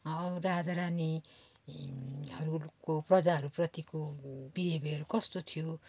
हो राजा रानी हरूको प्रजाहरूप्रतिको बिहेव्यर कस्तो थियो